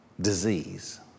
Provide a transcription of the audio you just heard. disease